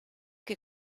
que